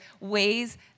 ways